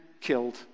killed